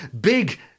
big